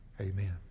Amen